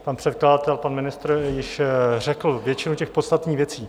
Pan předkladatel, pan ministr již řekl většinu těch podstatných věcí.